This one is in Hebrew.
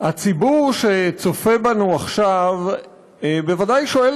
הציבור שצופה בנו עכשיו בוודאי שואל